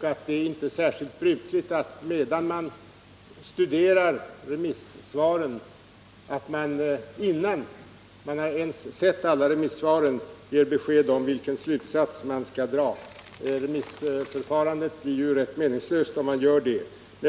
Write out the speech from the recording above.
Det är inte brukligt att medan man studerar remissvaren, och innan man ens sett alla remissvaren, ge besked om vilken slutsats man skall dra. Remissförfarandet blir rätt meningslöst om man gör så.